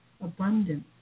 abundance